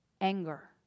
anger